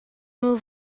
nhw